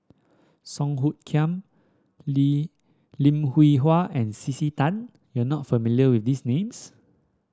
Song Hoot Kiam Li Lim Hwee Hua and C C Tan you are not familiar with these names